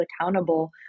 accountable